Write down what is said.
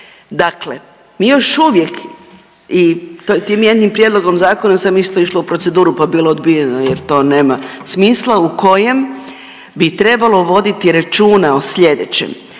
Dakle mi još uvijek i tim jednim prijedlogom zakona sam isto išla u proceduru pa je bilo odbijeno jer to nema smisla, u kojem bi trebalo voditi računa o sljedećem,